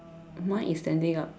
mine is standing up